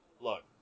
Look